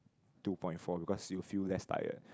two point four because you'll feel less tired